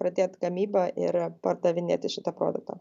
pradėt gamybą ir pardavinėti šitą produktą